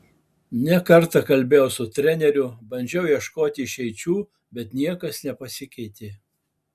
ne kartą kalbėjau su treneriu bandžiau ieškoti išeičių bet niekas nepasikeitė